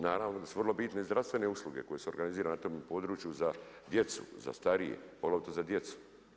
Naravno da su vrlo bitne i zdravstvene usluge koje se organiziraju na tom području za djecu, za starije, poglavito za djecu.